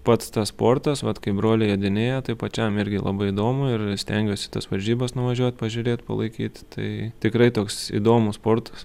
pats tas sportas vat kai broliai jodinėja tai pačiam irgi labai įdomu ir stengiuosi į tas varžybas nuvažiuot pažiūrėt palaikyt tai tikrai toks įdomus sportas